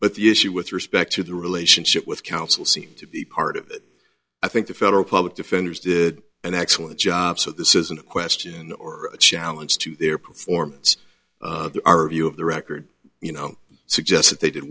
but the issue with respect to the relationship with council seems to be part of it i think the federal public defenders did an excellent job so this isn't a question or a challenge to their performance our view of the record you know suggests that they did